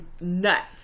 nuts